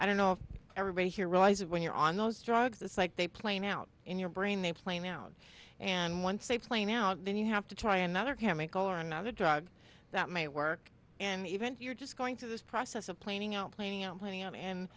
i don't know if everybody here realize it when you're on those drugs it's like they playing out in your brain they playing out and once they play now then you have to try another chemical or another drug that might work and event you're just going through this process of playing out playing out playing out and